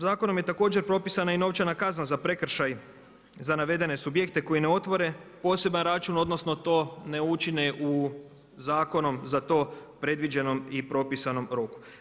Zakonom je također propisana i novčana kazna za prekršaj za navedene subjekte koje ne otvore poseban račun, odnosno, to ne učine zakonom za to predviđenom i propisanom roku.